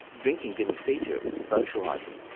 drinking didn't feature, it was the socialising,